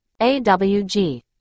AWG